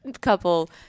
couple